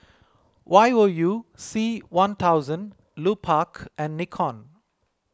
Y O U C one thousand Lupark and Nikon